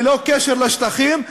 ללא קשר לשטחים,